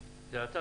חרס,